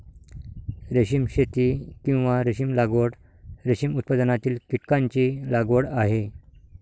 रेशीम शेती, किंवा रेशीम लागवड, रेशीम उत्पादनातील कीटकांची लागवड आहे